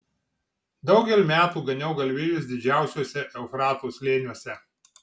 daugel metų ganiau galvijus didžiuosiuose eufrato slėniuose